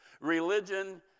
Religion